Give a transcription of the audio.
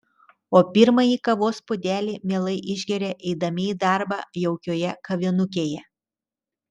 o pirmąjį kavos puodelį mielai išgeria eidami į darbą jaukioje kavinukėje